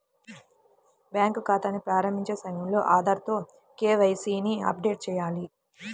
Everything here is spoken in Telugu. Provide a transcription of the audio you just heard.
బ్యాంకు ఖాతాని ప్రారంభించే సమయంలో ఆధార్ తో కే.వై.సీ ని అప్డేట్ చేయాలి